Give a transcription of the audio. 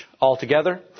altogether